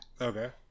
Okay